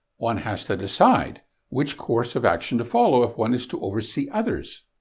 one has to decide which course of action to follow if one is to overseer others.